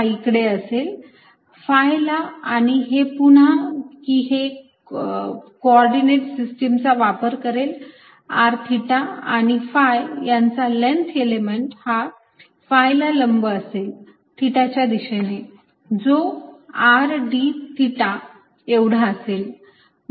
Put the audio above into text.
Phi ला आणि हे पुन्हा ही को ऑर्डिनेट सिस्टीम चा वापर करेल r थिटा आणि phi यांचा लेंग्थ एलिमेंट हा phi ला लंब असेल थिटाच्या दिशेने जो r d थिटा एवढा असेल